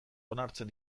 onartzen